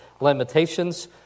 limitations